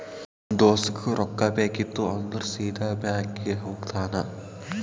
ನಮ್ ದೋಸ್ತಗ್ ರೊಕ್ಕಾ ಬೇಕಿತ್ತು ಅಂದುರ್ ಸೀದಾ ಬ್ಯಾಂಕ್ಗೆ ಹೋಗ್ತಾನ